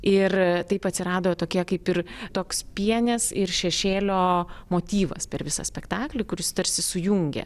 ir taip atsirado tokie kaip ir toks pienės ir šešėlio motyvas per visą spektaklį kuris tarsi sujungia